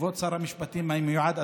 כבוד שר המשפטים המיועד,